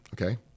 okay